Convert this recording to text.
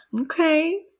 Okay